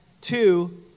Two